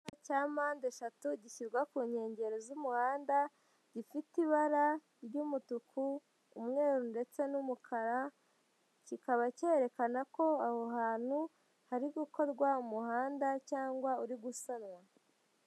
Cya mpande eshatu gishyirwa ku nkengero z'umuhanda, gifite ibara ry'umutuku, umweru ndetse n'umukara, kikaba cyerekana ko aho hantu hari gukorwa umuhanda cyangwa uri gusanwa.